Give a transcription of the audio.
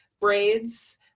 braids